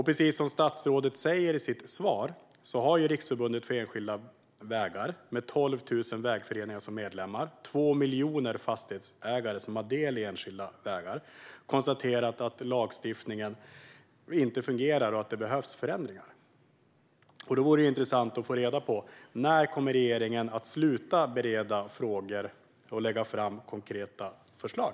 Precis som statsrådet säger i sitt svar har Riksförbundet Enskilda Vägar med 12 000 vägföreningar som medlemmar - det är 2 miljoner fastighetsägare som har del i enskilda vägar - konstaterat att lagstiftningen inte fungerar och att det behövs förändringar. Det vore intressant att få reda på när regeringen kommer att sluta bereda frågor och i stället lägga fram konkreta förslag.